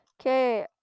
Okay